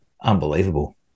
unbelievable